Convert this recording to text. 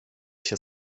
się